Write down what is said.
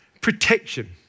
protection